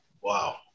Wow